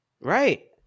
Right